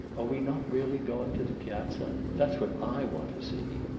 are we not really going to the piazza? that's what i want to see!